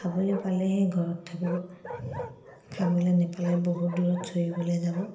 খাবলৈ পালেহে ঘৰত থাকিব খাবলৈ নাপালে বহুত দূৰত চৰিবলৈ যাব